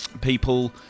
people